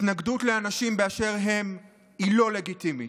התנגדות לאנשים באשר הם היא לא לגיטימית.